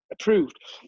approved